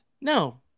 No